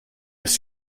was